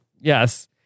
Yes